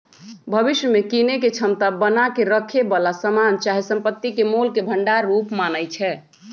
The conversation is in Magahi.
भविष्य में कीनेके क्षमता बना क रखेए बला समान चाहे संपत्ति के मोल के भंडार रूप मानइ छै